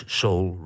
soul